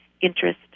interest